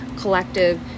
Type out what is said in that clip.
collective